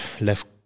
Left